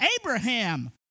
Abraham